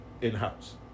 in-house